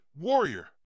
warrior